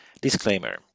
Disclaimer